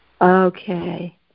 Okay